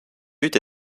but